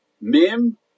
Mim